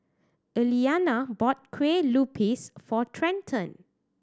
Eliana bought Kuih Lopes for Trenten